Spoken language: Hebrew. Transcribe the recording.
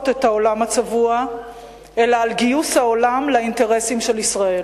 את העולם הצבוע אלא על גיוס העולם לאינטרסים של ישראל.